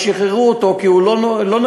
ושחררו אותו כי הוא לא נגוע.